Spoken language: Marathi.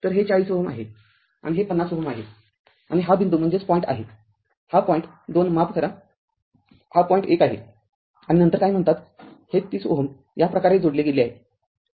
तरहे ४० Ω आहे आणि हे r ५० Ω आहे आणि हा बिंदू r आहे हा बिंदू २ माफ करा हा बिंदू १ आहे आणि नंतर r काय म्हणतात हे ३०Ω या प्रकारे जोडले गेले आहे